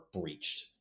breached